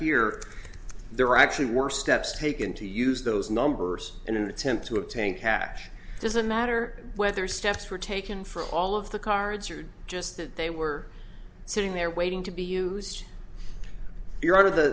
here there actually were steps taken to use those numbers in an attempt to obtain cash doesn't matter whether steps were taken for all of the cards or just that they were sitting there waiting to be used you're out of the